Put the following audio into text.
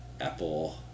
Apple